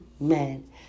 Amen